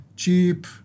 cheap